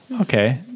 okay